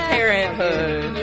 Parenthood